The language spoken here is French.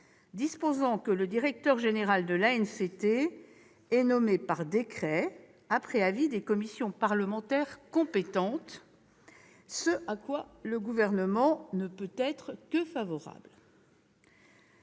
disposant que le directeur général de l'ANCT est nommé par décret après avis des commissions parlementaires compétentes, ce à quoi le Gouvernement ne peut être que favorable.